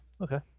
Okay